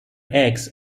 eggs